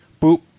Boop